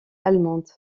allemande